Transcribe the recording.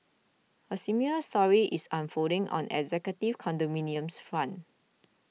a similar story is unfolding on executive condominiums front